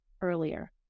earlier